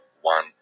one